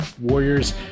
Warriors